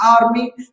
army